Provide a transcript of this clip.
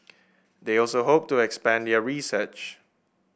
they also hope to expand their research